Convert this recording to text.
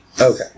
Okay